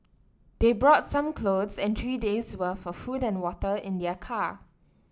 they brought some clothes and three days' worth of food and water in their car